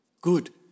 Good